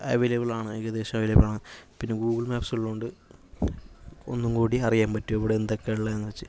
available ആണ് ഏകദേശം available ആണ് പിന്നെ ഗൂഗിൾ മാപ്പ്സ് ഉള്ളത് കൊണ്ട് ഒന്നുംകൂടി അറിയാൻ പറ്റും എവിടെ എന്തൊക്കെയാണ് ഉള്ളതെന്ന് വെച്ച്